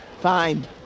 Fine